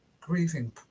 grieving